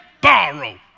borrow